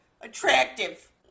attractive